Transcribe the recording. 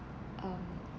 um